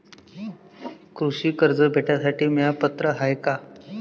कृषी कर्ज भेटासाठी म्या पात्र हाय का?